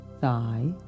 thigh